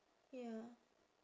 ya